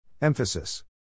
Emphasis